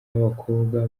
b’abakobwa